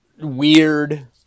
weird